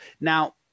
Now